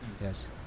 Yes